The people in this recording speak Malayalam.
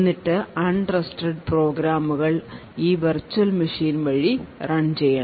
എന്നിട്ട് അൺ ട്രസ്റ്റഡ് പ്രോഗ്രാമുകൾ ഈ വെർച്വൽ മെഷിൻ വഴി റൺ ചെയ്യണം